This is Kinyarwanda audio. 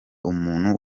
umuntu